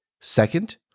Second